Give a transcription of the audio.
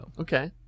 Okay